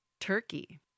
turkey